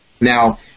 Now